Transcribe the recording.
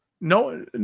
no